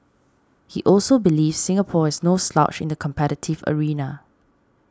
he also believes Singapore is no slouch in the competitive arena